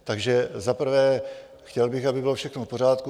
Takže za prvé, chtěl bych, aby bylo všechno v pořádku.